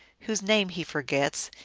whose name he forgets,